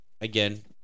again